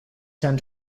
tend